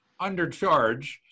undercharge